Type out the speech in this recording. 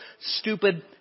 stupid